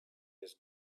his